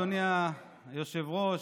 אדוני היושב-ראש,